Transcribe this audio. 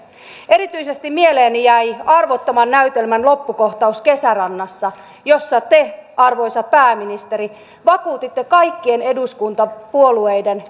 erityisesti mieleeni jäi arvottoman näytelmän loppukohtaus kesärannassa jossa te arvoisa pääministeri vakuutitte kaikkien eduskuntapuolueiden